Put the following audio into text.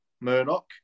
Murdoch